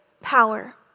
power